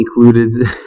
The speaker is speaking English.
Included